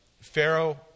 Pharaoh